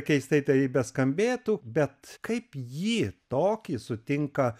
keistai tai beskambėtų bet kaip jį tokį sutinka